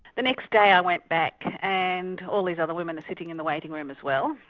the next day i went back and all these other women are sitting in the waiting room as well.